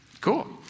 Cool